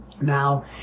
now